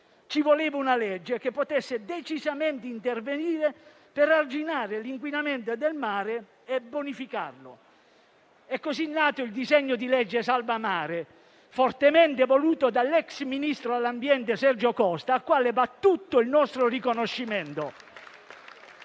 Ci voleva una legge che potesse decisamente intervenire per arginare l'inquinamento del mare e bonificarlo. È così nato il disegno di legge salva mare, fortemente voluto dall'ex ministro dell'ambiente Sergio Costa, al quale va tutto il nostro riconoscimento.